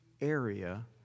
area